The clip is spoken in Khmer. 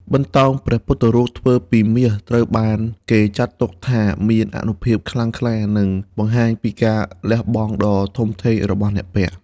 បន្តោងព្រះពុទ្ធរូបធ្វើពីមាស ត្រូវបានគេចាត់ទុកថាមានអានុភាពខ្លាំងក្លា និងបង្ហាញពីការលះបង់ដ៏ធំធេងរបស់អ្នកពាក់។